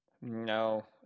No